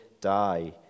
die